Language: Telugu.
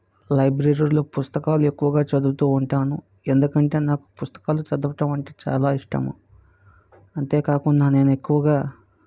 లైబ్రరీలో పుస్తకాలు ఎక్కువగా చదువుతూ ఉంటాను ఎందుకంటే నాకు పుస్తకాలు చదవటం అంటే చాలా ఇష్టము అంతే కాకుండా నేను ఎక్కువగా